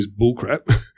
bullcrap